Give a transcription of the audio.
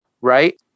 right